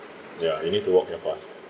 ya you need to walk your path